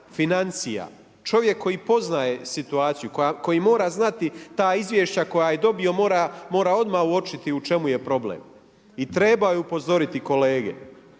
financija, čovjek koji poznaje situaciju, koji mora znati ta izvješća koja je dobio mora odmah uočiti u čemu je problem. I trebao je upozoriti kolege.